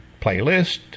Playlist